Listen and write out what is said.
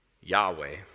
Yahweh